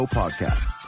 podcast